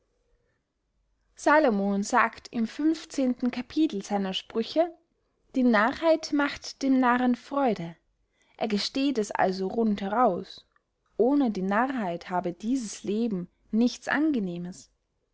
salomon sagt im fünfzehnten capitel seiner sprüche die narrheit macht dem narren freude er gesteht es also rund heraus ohne die narrheit habe dieses leben nichts angenehmes